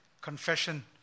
confession